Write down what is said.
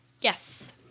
Yes